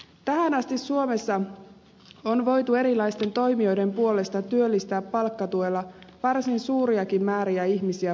tähän asti suomessa on voitu erilaisten toimijoiden puolesta työllistää palkkatuella varsin suuriakin määriä ihmisiä vuosittain